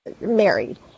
married